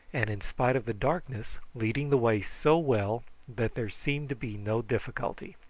and, in spite of the darkness, leading the way so well that there seemed to be no difficulty.